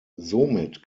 somit